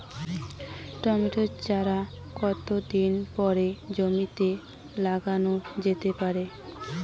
Tomato চারা কতো দিন পরে জমিতে লাগানো যেতে পারে?